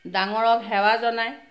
ডাঙৰক সেৱা জনায়